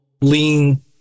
lean